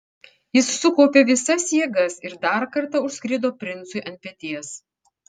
jis sukaupė visas jėgas ir dar kartą užskrido princui ant peties